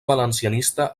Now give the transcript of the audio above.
valencianista